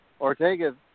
Ortega